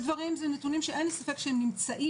אלה נתונים שאין לי ספק שהם קיימים,